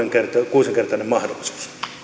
kuusinkertainen mahdollisuus